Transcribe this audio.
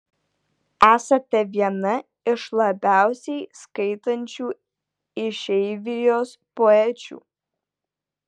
esate viena iš labiausiai skaitančių išeivijos poečių